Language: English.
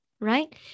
right